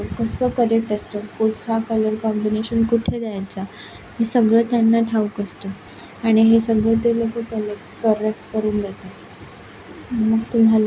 कसं करेक्ट असतं कुठचा कलर कॉम्बिनेशन कुठे द्यायचा हे सगळं त्यांना ठाऊक असतो आणि हे सगळं ते लोकं कलेक्ट करेक्ट करून देतात मग तुम्हाला